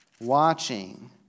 watching